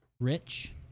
Rich